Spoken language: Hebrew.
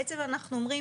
בעצם אנחנו אומרים,